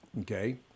okay